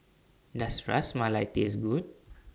Does Ras Malai Taste Good